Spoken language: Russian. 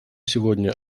сегодня